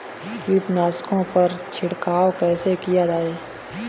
कीटनाशकों पर छिड़काव कैसे किया जाए?